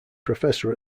professor